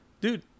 dude